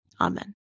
Amen